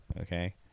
okay